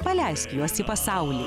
paleisk juos į pasaulį